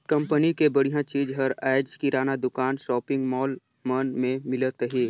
company के बड़िहा चीज हर आयज किराना दुकान, सॉपिंग मॉल मन में मिलत हे